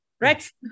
Rex